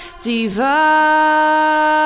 divine